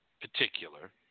particular